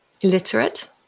Illiterate